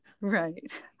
Right